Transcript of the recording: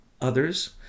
others